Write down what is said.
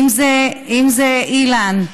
אם זה אילן,